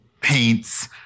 paints